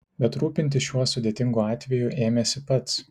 bet rūpintis šiuo sudėtingu atveju ėmėsi pats